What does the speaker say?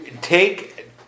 take